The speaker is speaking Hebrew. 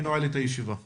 הישיבה ננעלה בשעה 10:34.